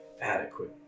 adequate